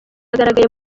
yagaragaye